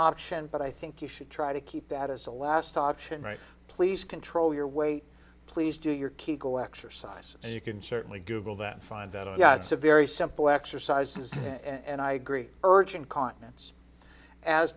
option but i think you should try to keep that as a last option right please control your weight please do your kids go exercise and you can certainly google that find that i've got it's a very simple exercises and i agree urge incontinence as